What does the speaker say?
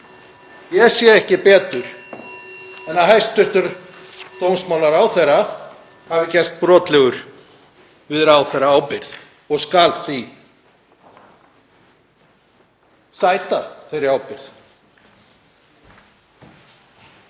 Ég sé ekki betur en að hæstv. dómsmálaráðherra hafi gerst brotlegur við ráðherraábyrgð og skal því sæta þeirri ábyrgð.